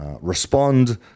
respond